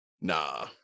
Nah